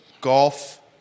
Golf